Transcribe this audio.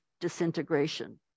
disintegration